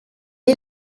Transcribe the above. est